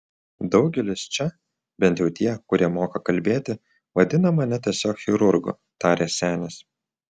daugelis čia bent jau tie kurie moka kalbėti vadina mane tiesiog chirurgu tarė senis